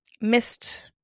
missed